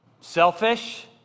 Selfish